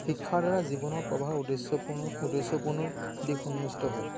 শিক্ষাৰ দ্বাৰা জীৱনৰ প্ৰভাৰ উদেশ্যপূৰ্ণ উদেশ্যপূৰ্ণ দিশ উন্মোচিত হয়